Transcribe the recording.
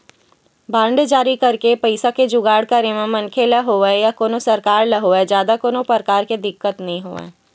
bond जारी करके पइसा के जुगाड़ करे म मनखे ल होवय या कोनो सरकार ल होवय जादा कोनो परकार के दिक्कत नइ होवय